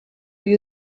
wie